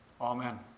Amen